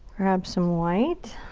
grab some white.